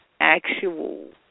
actual